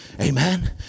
Amen